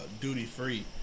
duty-free